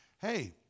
Hey